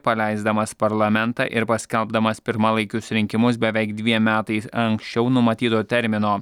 paleisdamas parlamentą ir paskelbdamas pirmalaikius rinkimus beveik dviem metais anksčiau numatyto termino